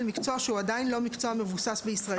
על מקצוע שהוא עדיין לא מקצוע מבוסס בישראל.